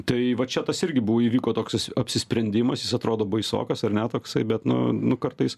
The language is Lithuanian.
tai va čia tas irgi buvo įvyko toks apsisprendimas jis atrodo baisokas ar ne toksai bet nu nu kartais